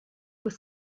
was